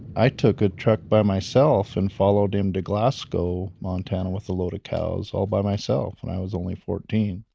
i took a truck by myself and followed him to glasgow montana with a load of cows all by myself and i was only fourteen.